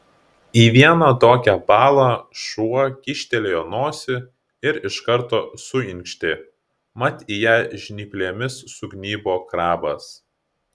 į vieną tokią balą šuo kyštelėjo nosį ir iš karto suinkštė mat ją žnyplėmis sugnybo krabas